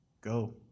go